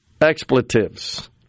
expletives